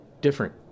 different